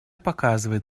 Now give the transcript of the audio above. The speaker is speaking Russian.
показывает